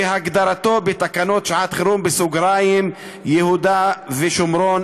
כהגדרתו בתקנות שעת-חירום (יהודה והשומרון,